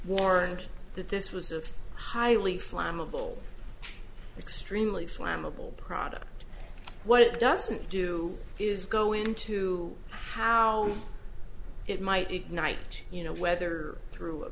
warned that this was a highly flammable extremely flammable product what it doesn't do is go into how it might ignite you know whether through a